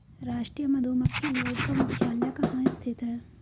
राष्ट्रीय मधुमक्खी बोर्ड का मुख्यालय कहाँ स्थित है?